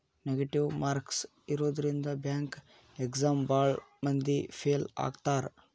negative marks ಇರೋದ್ರಿಂದ bank exam ಭಾಳ್ ಮಂದಿ ಫೇಲ್ ಆಗ್ತಾರಾ